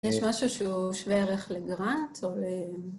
יש משהו שהוא שווה ערך לגראט או ל...